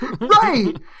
Right